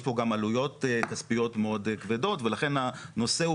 יש פה גם עלויות כספיות מאוד כבדות ולכן הנושא הוא